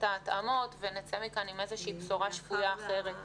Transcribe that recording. ההתאמות ונצא מכאן עם איזושהי בשורה שפויה אחרת.